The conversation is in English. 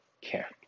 care